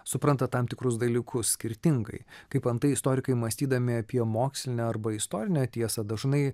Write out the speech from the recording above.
supranta tam tikrus dalykus skirtingai kaip antai istorikai mąstydami apie mokslinę arba istorinę tiesą dažnai